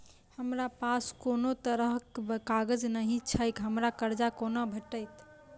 हमरा पास कोनो तरहक कागज नहि छैक हमरा कर्जा कोना भेटत?